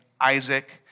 Isaac